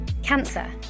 Cancer